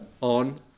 On